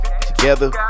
together